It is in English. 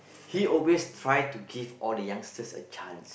he always try to give all the youngsters a chance